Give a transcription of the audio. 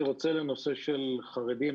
אני רוצה להתייחס לנושא של חרדים,